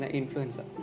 influencer